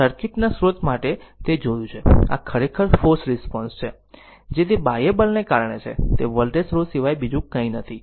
circuit ના સ્ત્રોત માટે તે જોયું છે અને આ ખરેખર ફોર્સ્ડ રિસ્પોન્સ છે જે તે બાહ્ય બળને કારણે છે તે વોલ્ટેજ સ્રોત સિવાય બીજું કંઈ નથી